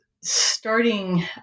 starting